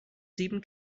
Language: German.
sieben